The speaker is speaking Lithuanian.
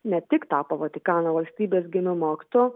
ne tik tapo vatikano valstybės gimimo aktu